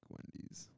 Wendy's